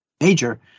major